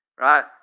right